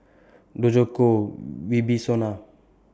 Djoko Wibisono